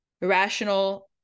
irrational